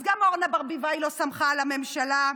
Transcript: גם אורנה ברביבאי לא סמכה על הממשלה,